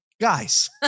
Guys